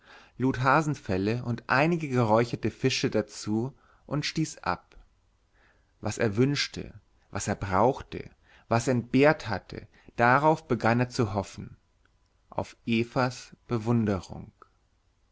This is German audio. lud hasenfelle und einige geräucherte fische dazu und stieß ab was er wünschte was er brauchte was er entbehrt hatte darauf begann er zu hoffen auf evas bewunderung